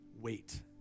wait